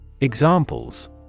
Examples